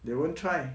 they won't try